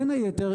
בין היתר,